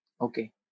Okay